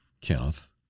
Kenneth